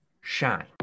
shine